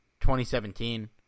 2017